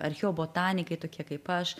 archeobotanikai tokie kaip aš